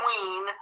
queen